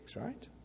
right